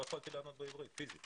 לעבוד בעברית, פיזית.